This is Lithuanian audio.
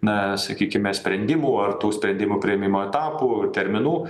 na sakykime sprendimų ar tų sprendimų priėmimo etapų terminų